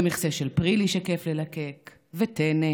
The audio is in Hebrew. ומכסה של פרילי שכיף ללקק, וטנא,